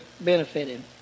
benefited